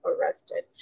arrested